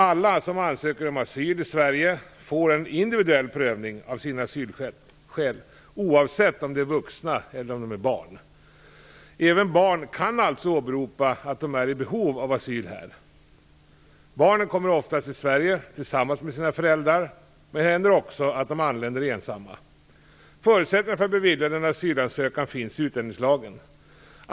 Alla som ansöker om asyl i Sverige får en individuell prövning av sina asylskäl, oavsett om de är vuxna eller barn. Även barn kan alltså åberopa att de är i behov av asyl här. Barnen kommer oftast till Sverige tillsammans med sina föräldrar, men det händer också att de anländer ensamma. Förutsättningarna för att bevilja en asylansökan finns i utlänningslagen.